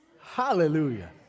Hallelujah